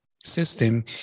system